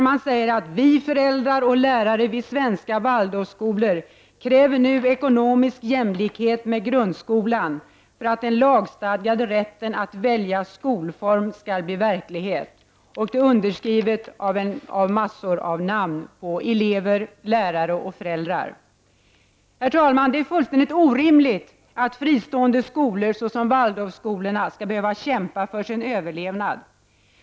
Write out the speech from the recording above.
Man skriver: Vi föräldrar och lärare i svenska Waldorfskolor kräver nu ekonomisk jämlikhet med grundskolan för att den lagstadgade rätten att välja skolform skall bli verklighet. Detta är underskrivet av en mängd elever, lärare och föräldrar. Herr talman! Det är fullständigt orimligt att fristående skolor såsom Waldorfskolorna skall behöva kämpa för sin överlevnad.